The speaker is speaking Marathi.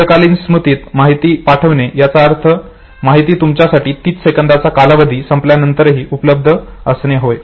दीर्घकालीन स्मृतीत माहिती पाठवणे याचा अर्थ ही माहिती तुमच्यासाठी 30 सेकंदांचा कालावधी संपल्यानंतरही उपलब्ध असणे होय